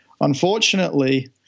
unfortunately